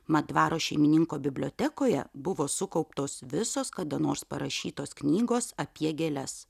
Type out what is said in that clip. mat dvaro šeimininko bibliotekoje buvo sukauptos visos kada nors parašytos knygos apie gėles